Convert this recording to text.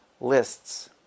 lists